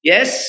Yes